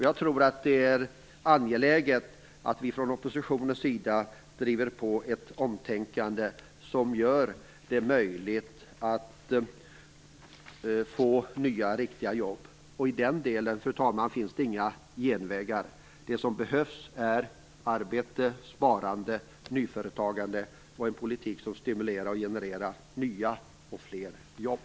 Jag tror att det är angeläget att vi från oppositionens sida driver ett omtänkande som gör det möjligt att få nya, riktiga jobb. I den delen, fru talman, finns det inga genvägar. Det som behövs är arbete, sparande, nyföretagande och en politik som stimulerar och genererar nya och fler jobb.